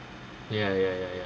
ya ya ya ya